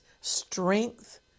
strength